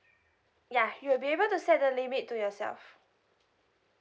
ya you will be able to set the limit to yourself